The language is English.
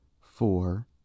four